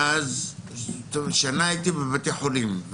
שנה הייתי בבתי חולים,